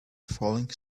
falling